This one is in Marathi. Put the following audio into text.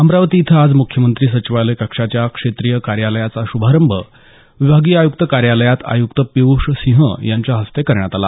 अमरावती इथं आज मुख्यमंत्री सचिवालय कक्षाच्या क्षेत्रीय कार्यालयाचा शुभारंभ विभागीय आयुक्त कार्यालयात आयुक्त पियूष सिंह यांच्या हस्ते करण्यात आला